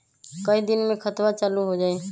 कई दिन मे खतबा चालु हो जाई?